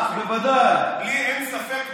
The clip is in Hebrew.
לי אין ספק בכלל.